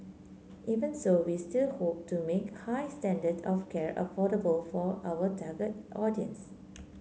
even so we still hope to make high standard of care affordable for our target audience